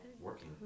Working